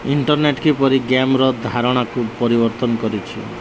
internet କିପରି ଗେମ୍ର ଧାରଣାକୁ ପରିବର୍ତ୍ତନ କରିଛି